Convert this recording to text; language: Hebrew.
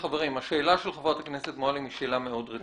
השאלה של חברת הכנסת מועלם היא שאלה מאוד רצינית.